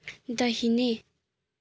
दाहिने